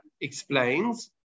explains